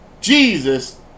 Jesus